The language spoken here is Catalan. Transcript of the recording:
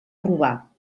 robar